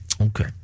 Okay